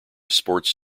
sports